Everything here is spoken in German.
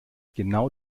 genau